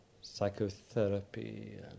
psychotherapy